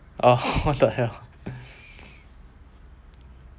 oh what the hell